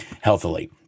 healthily